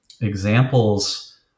examples